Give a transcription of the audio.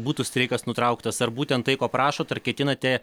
būtų streikas nutrauktas ar būtent tai ko prašot ar ketinate